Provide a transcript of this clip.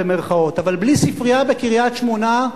אבל בלי ספרייה בקריית-שמונה,